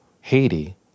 Haiti